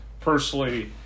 personally